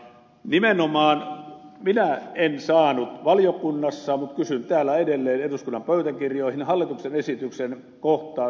nimenomaan minä en saanut valiokunnassa tietoa mutta kysyn täällä edelleen eduskunnan pöytäkirjoihin hallituksen esityksen kohtaa